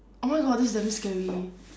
oh my god this is damn scary